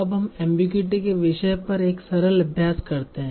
अब हम एमबीगुइटी के विषय पर एक सरल अभ्यास करते है